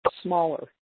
smaller